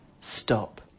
Stop